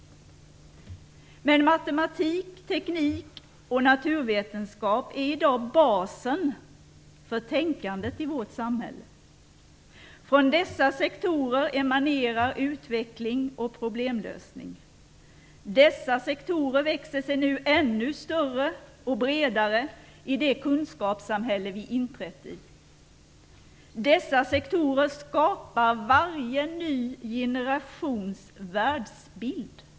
Men matematik, teknik och naturvetenskap är i dag basen för tänkandet i vårt samhälle. Från dessa sektorer emanerar utveckling och problemlösning. Dessa sektorer växer sin nu ännu större och bredare i det kunskapssamhälle vi inträtt i. Dessa sektorer skapar varje ny generations världsbild.